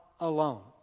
alone